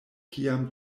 kiam